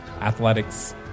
athletics